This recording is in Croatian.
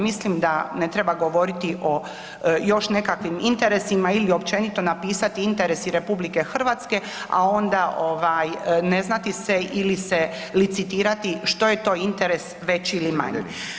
Mislim da ne treba govoriti o još nekakvim interesima ili općenito napisati interesi RH, a onda ne znati se ili se licitirati što je to interes veći ili manji.